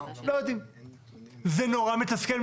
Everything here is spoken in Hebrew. זה נורא מתסכל,